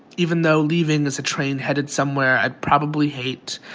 even though leaving is a train headed somewhere i'd probably hate.